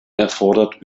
erfordert